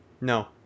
No